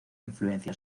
influencia